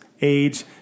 age